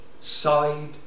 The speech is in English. side